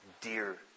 dear